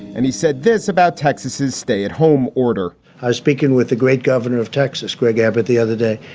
and he said this about texas, his stay at home order ah speaking with the great governor of texas, greg abbott, the other day,